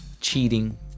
Cheating